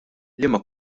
liema